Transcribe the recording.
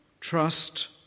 Trust